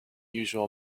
usual